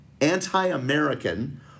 Anti-American